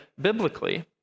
biblically